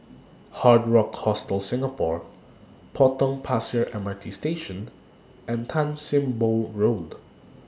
Hard Rock Hostel Singapore Potong Pasir M R T Station and Tan SIM Boh Road